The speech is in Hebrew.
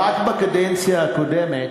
רק בקדנציה הקודמת,